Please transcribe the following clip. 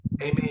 Amen